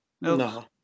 No